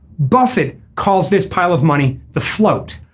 buffett calls this pile of money the float.